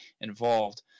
involved